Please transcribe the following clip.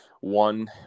one